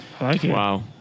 wow